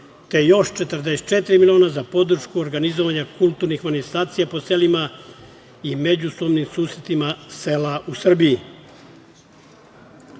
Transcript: te još 44 miliona za podršku organizovanja kulturnih manifestacija po selima i međusobnim susretima sela u Srbiji. Svedoci